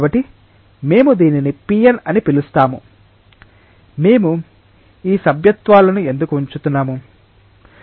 కాబట్టి మేము దీనిని Pn అని పిలుస్తాము మేము ఈ సభ్యత్వాలను ఎందుకు ఉంచుతున్నాము